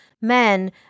men